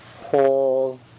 whole